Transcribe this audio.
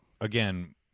again